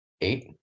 eight